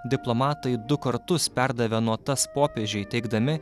diplomatai du kartus perdavė notas popiežiui teigdami